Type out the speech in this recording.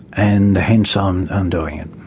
and hence um i'm doing it.